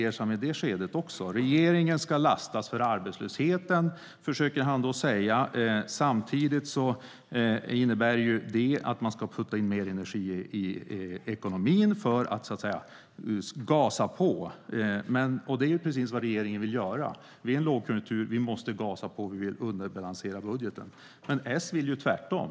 Ardalan Shekarabi försöker säga att regeringen ska lastas för arbetslösheten, men samtidigt innebär det att man ska putta in mer energi i ekonomin för att gasa på. Det är ju precis vad regeringen vill göra. Vid en lågkonjunktur måste vi gasa på och underbalansera budgeten, men S vill göra tvärtom.